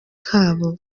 kabo